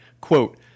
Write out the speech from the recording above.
quote